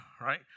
right